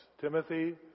Timothy